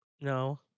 No